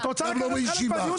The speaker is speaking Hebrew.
אם את רוצה לקחת חלק בדיון,